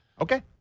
Okay